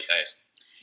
taste